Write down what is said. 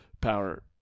power